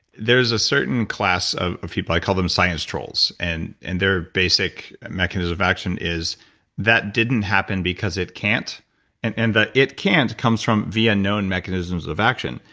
there's a certain class of of people, i call them science trolls, and and their basic mechanism of action is that didn't happen because it can't and and the it can't comes via known mechanisms of action.